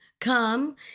Come